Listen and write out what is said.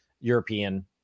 European